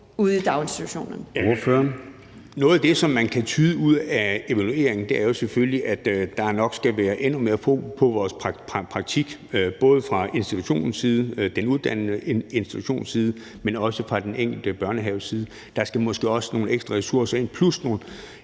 Juel-Jensen (V): Noget af det, som man kan tyde ud fra evalueringen, er jo selvfølgelig, at der nok skal være endnu mere fokus på vores praktik, både fra den uddannende institutions side, men også fra den enkelte børnehaves side. Der skal måske også nogle ekstra ressourcer ind plus en